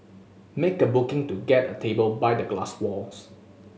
make a booking to get a table by the glass walls